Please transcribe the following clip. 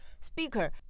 speaker